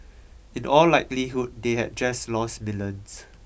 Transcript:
in all likelihood they had just lost millions